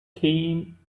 came